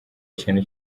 ikintu